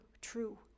true